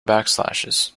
backslashes